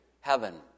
heaven